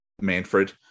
Manfred